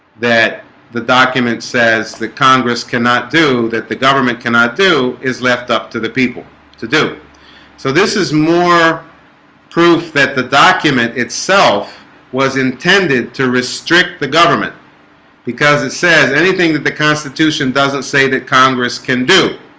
that the document says that congress cannot do that the government cannot do is left up to the people to do so this is more proof that the document itself was intended to restrict the government because it says anything that the constitution doesn't say that congress can do